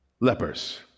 lepers